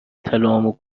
طلاهامو